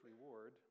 reward